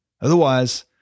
Otherwise